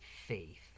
faith